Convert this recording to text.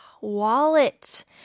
wallet